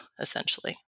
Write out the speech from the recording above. essentially